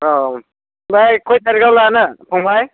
औ ओमफ्राय खय टारिकआव लानो फंबाय